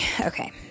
okay